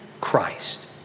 Christ